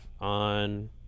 on